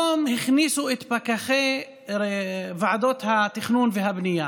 היום הכניסו את פקחי ועדות התכנון והבנייה.